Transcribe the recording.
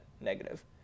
negative